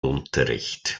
unterricht